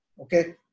okay